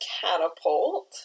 Catapult